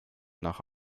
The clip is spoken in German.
nach